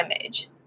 image